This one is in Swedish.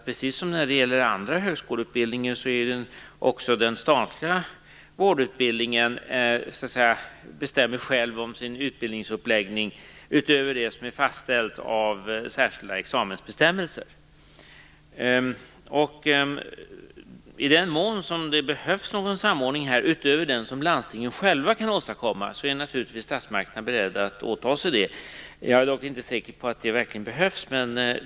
Precis som när det gäller andra högskoleutbildningar bestämmer den statliga vårdutbildningen själv om sin utbildningsuppläggning, utöver det som är fastställt av särskilda examensbestämmelser. I den mån det behövs någon samordning utöver den som landstingen själva kan åstadkomma är naturligtvis statsmakterna beredda att åta sig det. Jag är dock inte säker på att det verkligen behövs.